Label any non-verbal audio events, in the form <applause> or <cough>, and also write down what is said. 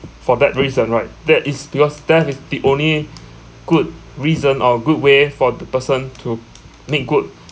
for that reason right that is because that is the only <breath> good reason or good way for the person to make good <breath>